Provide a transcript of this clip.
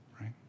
Right